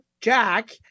Jack